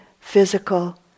physical